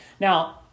now